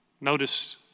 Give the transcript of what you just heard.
Notice